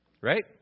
Right